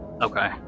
okay